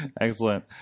Excellent